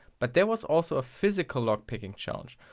but there was also a physical lockpicking challenge.